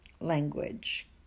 language